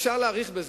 אפשר להאריך בזה.